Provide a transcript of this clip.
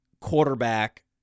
quarterback